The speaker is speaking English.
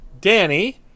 Danny